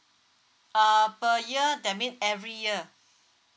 uh per year that mean every year